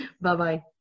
Bye-bye